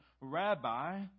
Rabbi